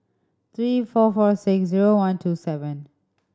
three four four six zero one two seven